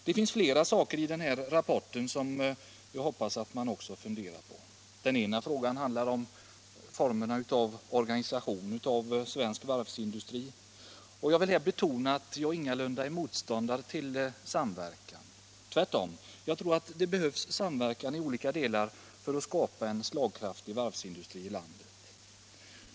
Det finns flera saker i den rapporten som jag hoppas att man funderar litet närmare på. Den första är då formerna för organisationen av svensk varvsindustri. Jag vill här betona att jag ingalunda är motståndare till sättningsmöjlighe samverkan. Tvärtom. Det behövs samverkan i olika delar för att skapa en slagkraftig varvsindustri i landet.